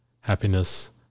happiness